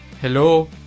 Hello